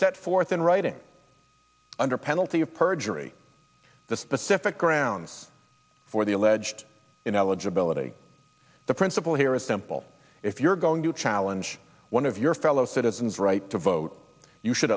set forth in writing under penalty of perjury the specific grounds for the alleged ineligibility the principle here is simple if you're going to challenge one of your fellow citizens right to vote you should